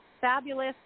fabulous